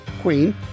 Queen